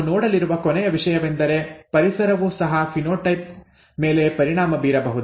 ನಾವು ನೋಡಲಿರುವ ಕೊನೆಯ ವಿಷಯವೆಂದರೆ ಪರಿಸರವು ಸಹ ಫಿನೋಟೈಪ್ ಮೇಲೆ ಪರಿಣಾಮ ಬೀರಬಹುದು